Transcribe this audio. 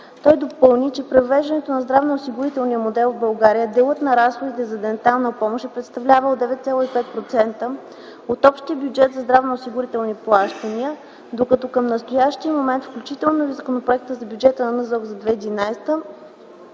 Той допълни, че при въвеждането на здравноосигурителния модел в България, делът на разходите за дентална помощ е представлявал 9.5% от общия бюджет за здравноосигурителни плащания, докато към настоящия момент, включително и в Законопроекта за бюджета на НЗОК за 2011